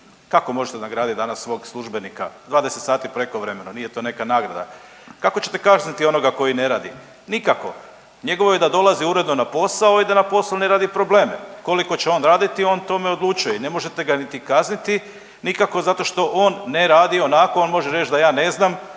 Kako možete nagraditi danas svog službenika 20 sati prekovremeno, nije to neka nagrada? Kako ćete kazniti onoga koji ne radi? Nikako, njegovo je da dolazi uredno na posao i da na poslu ne radi probleme, koliko će on raditi on o tome odlučuje i ne možete ga niti kazniti nikako zato što on ne radi onako, on može reći da ja ne znam,